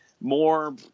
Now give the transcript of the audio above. more